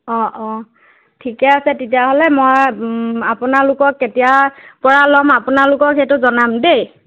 অ' অ' ঠিকে আছে তেতিয়াহ'লে মই আপোনালোকক কেতিয়া পৰা ল'ম আপোনালোকক সেইটো জনাম দেই